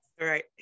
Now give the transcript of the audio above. Right